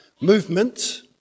movement